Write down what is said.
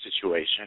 situation